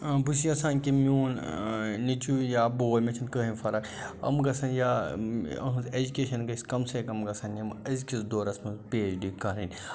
بہٕ چھُس یَژھان کہِ میون نیٚچوٗ یا بوے مےٚ چھُنہٕ کٕہٕنۍ فرق یِم گژھن یا إہٕنٛز اٮ۪جوکیشَن گژھِ کَم سے کَم گژھن یِم أزکِس دورَس منٛز پی اٮ۪چ ڈی کَرٕنۍ